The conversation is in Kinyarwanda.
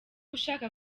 ushaka